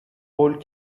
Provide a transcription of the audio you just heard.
old